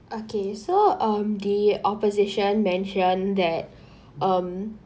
okay so um the opposition mentioned that um